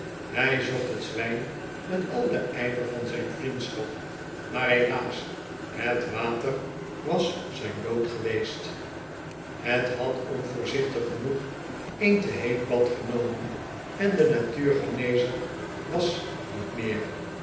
hij zocht het zwijn met al den ijver van zijn vriendschap maar helaas het water was zijn dood geweest het had onvoorzichtig genoeg een te heet bad genomen en de natuurgenezer was met meer